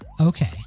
Okay